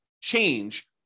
change